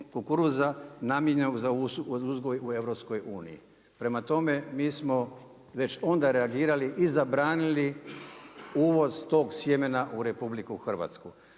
kukuruza namijenjenog za uzgoj u EU-u. Prema tome, mi smo već onda reagirali i zabranili uvoz tog sjemena u RH. Mi inače u